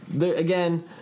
again